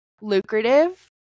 lucrative